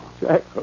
Jack